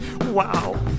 Wow